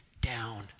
down